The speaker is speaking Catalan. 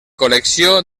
col·lecció